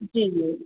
जी बोलिए